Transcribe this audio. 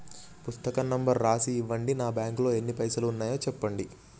పుస్తకం నెంబరు రాసి ఇవ్వండి? నా బ్యాంకు లో ఎన్ని పైసలు ఉన్నాయో చెప్పండి?